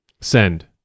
send